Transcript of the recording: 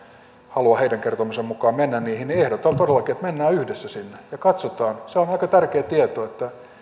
halua heidän kertomansa mukaan mennä niihin niin ehdotan todellakin että mennään yhdessä sinne ja katsotaan sehän on aika tärkeä tieto että